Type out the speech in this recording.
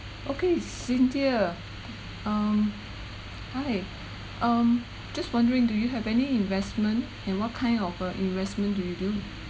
okay cynthia um hi um just wondering do you have any investment and what kind of uh investment do you do